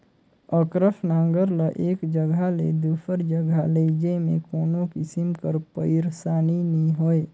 अकरस नांगर ल एक जगहा ले दूसर जगहा लेइजे मे कोनो किसिम कर पइरसानी नी होए